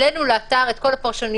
לכן העלינו לאתר את כל הפרשנויות.